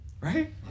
right